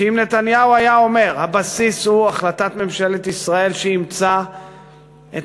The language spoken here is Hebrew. אם נתניהו היה אומר שהבסיס הוא החלטת ממשלת ישראל שאימצה את